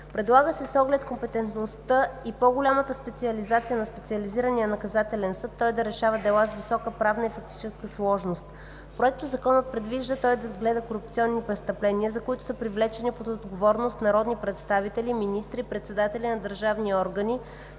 Предлага се, с оглед компетентността и по-голямата специализация на Специализирания наказателен съд, той да решава дела с висока правна и фактическа сложност. Проектозаконът предвижда той да гледа корупционни престъпления, за които са привлечени под отговорност народни представители, министри, председатели на държавни органи,